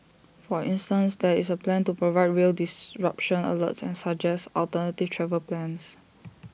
for instance there is A plan to provide rail disruption alerts and suggest alternative travel plans